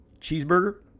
cheeseburger